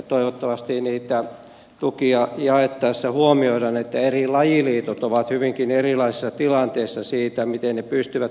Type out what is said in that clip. toivottavasti niitä tukia jaettaessa huomioidaan että eri lajiliitot ovat hyvinkin erilaisessa tilanteessa siinä miten ne pystyvät panostamaan seuroihin